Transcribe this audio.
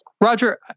Roger